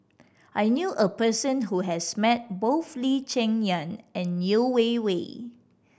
I knew a person who has met both Lee Cheng Yan and Yeo Wei Wei